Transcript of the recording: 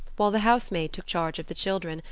while the house-maid took charge of the children,